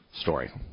story